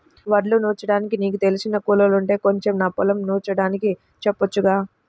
వడ్లు నూర్చడానికి నీకు తెలిసిన కూలోల్లుంటే కొంచెం నా పొలం నూర్చడానికి చెప్పొచ్చుగా